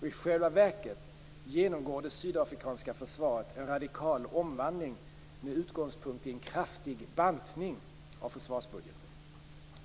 I själva verket genomgår det sydafrikanska försvaret en radikal omvandling med utgångspunkt i en kraftig bantning av försvarsbudgeten.